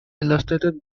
illustrated